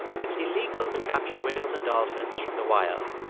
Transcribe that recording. it's illegal to capture whales and dolphins from the wild.